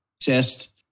test